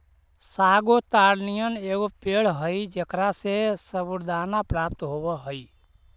sago ताड़ नियन एगो पेड़ हई जेकरा से सबूरदाना प्राप्त होब हई